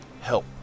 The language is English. help